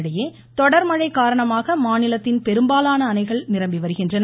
இதனிடையே தொடர் மழை காரணமாக மாநிலத்தின் பெரும்பாலான அணைகள் நிரம்பி வருகின்றன